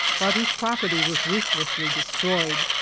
but whose l roperty was i-uthlessly destroyed,